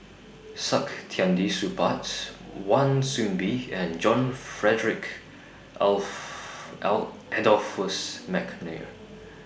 Saktiandi Supaat's Wan Soon Bee and John Frederick of L Adolphus Mcnair